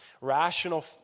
Rational